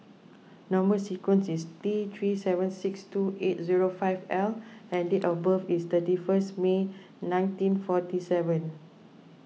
Number Sequence is T three seven six two eight zero five L and date of birth is thirty first May nineteen forty seven